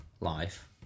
life